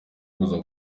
kuza